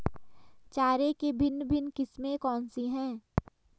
चारे की भिन्न भिन्न किस्में कौन सी हैं?